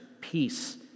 peace